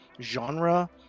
genre